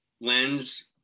lens